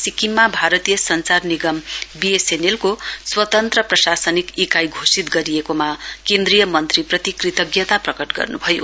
म्ख्यमन्त्रीले सिक्किममा भारतीय संचार निगम बीएसएनएलको स्वतन्त्र प्रसाशनिक इकाई घोषित गरिएकोमा केन्द्रीय मन्त्रीप्रति कृतजता प्रकट गर्नुभयो